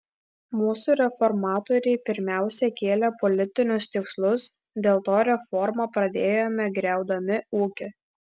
mūsų reformatoriai pirmiausia kėlė politinius tikslus dėl to reformą pradėjome griaudami ūkį